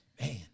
man